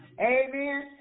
Amen